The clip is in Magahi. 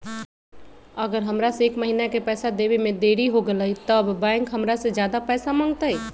अगर हमरा से एक महीना के पैसा देवे में देरी होगलइ तब बैंक हमरा से ज्यादा पैसा मंगतइ?